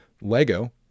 Lego